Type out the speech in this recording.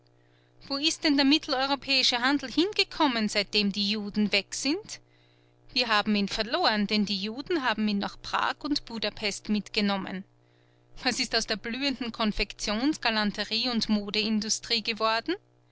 wo ist der mitteleuropäische handel hingekommen seitdem die juden weg sind wir haben ihn verloren denn die juden haben ihn nach prag und budapest mitgenommen was ist aus der blühenden konfektions galanterie und mode industrie geworden